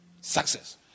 success